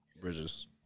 Bridges